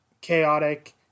chaotic